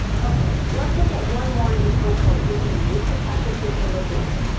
okay, let's look at one more useful point you can use to practice your english reading.